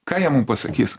ką jie mum pasakys